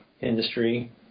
industry